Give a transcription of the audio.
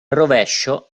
rovescio